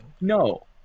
No